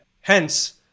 Hence